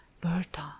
berta